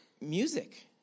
music